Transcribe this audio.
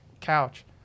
couch